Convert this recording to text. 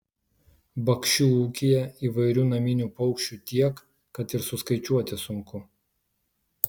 bakšių ūkyje įvairių naminių paukščių tiek kad ir suskaičiuoti sunku